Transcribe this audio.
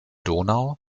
donau